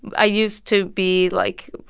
i used to be like,